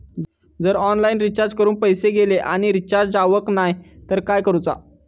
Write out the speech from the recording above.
जर online recharge करून पैसे गेले आणि रिचार्ज जावक नाय तर काय करूचा?